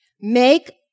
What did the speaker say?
Make